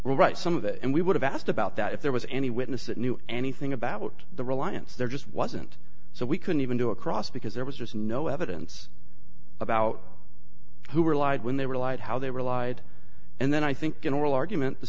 right some of it and we would have asked about that if there was any witness that knew anything about the reliance there just wasn't so we couldn't even do a cross because there was just no evidence about who were lied when they were lied how they were lied and then i think in oral argument the